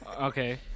Okay